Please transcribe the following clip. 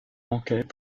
manquait